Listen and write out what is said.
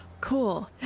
Cool